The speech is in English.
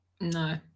No